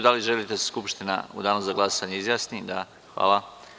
Da li želite da se Skupština u Danu za glasanje izjasni? (Da) Hvala.